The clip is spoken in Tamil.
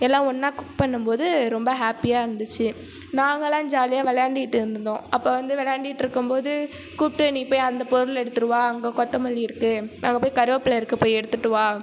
எல்லாம் ஒன்றா குக் பண்ணும்போது ரொம்ப ஹாப்பியாக இருந்துச்சு நாங்கெல்லாம் ஜாலியாக விளையாண்டிட்ருந்தோம் அப்போ வந்து விளையாண்டிட்ருக்கும்போது கூப்பிட்டு நீ போய் அந்த பொருள் எடுத்துடுவா அங்கே கொத்தமல்லி இருக்குது அங்கே போய் கருவேப்பிலை இருக்குது போய் எடுத்துகிட்டு வா